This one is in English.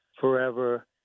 forever